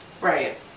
Right